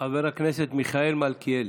חבר הכנסת מיכאל מלכיאלי.